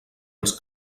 els